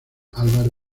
álvaro